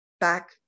back